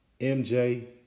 MJ